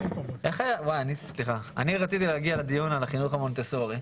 אני רציתי להגיע לדיון על החינוך המונטסורי.